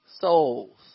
souls